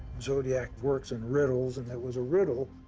zodiac works in riddles, and that was a riddle.